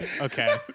Okay